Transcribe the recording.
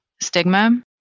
stigma